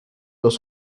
dos